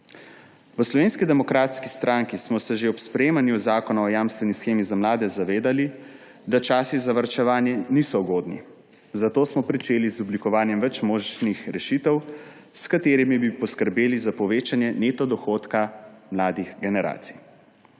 V Slovenski demokratski stranki smo se že ob sprejemanju zakona o stanovanjski jamstveni shemi za mlade zavedali, da časi za varčevanje niso ugodni, zato smo začeli z oblikovanjem več možnih rešitev, s katerimi bi poskrbeli za povečanje neto dohodka mladih generacij.